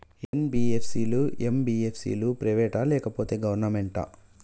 NBFC లు, MBFC లు private ఆ లేకపోతే గవర్నమెంటా?